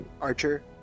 Archer